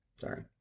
Sorry